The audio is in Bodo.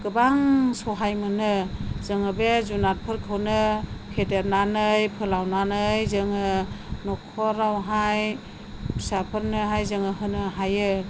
गोबां सहाय मोनो जोङो बे जुनारफोरखौनो फेदेरनानै फोलावनानै जोङो न'खरावहाय फिसाफोरनोहाय जोङो होनो हायो